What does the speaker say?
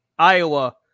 Iowa